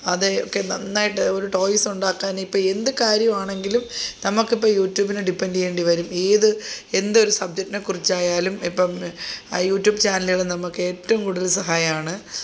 അത് ഒക്കെ നന്നായിട്ട് ഒരു ടോയ്സ് ഉണ്ടാകാൻ ഇപ്പോൾ എന്തു കാര്യമാണെങ്കിലും നമുക്കിപ്പോൾ യൂട്യൂബിനെ ഡിപെൻഡ് ചെയ്യേണ്ടിവരും ഏത് എന്തൊരു സബ്ജെക്ടിനെ കുറിച്ചായാലും ഇപ്പം യൂട്യൂബ് ചാനലുകൾ നമുക്ക് ഏറ്റവും കൂടുതൽ സഹായമാണ്